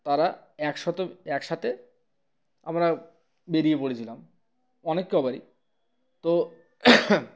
তারা একসথে একসাথে আমরা বেরিয়ে পড়েছিলাম অনেক কবারই তো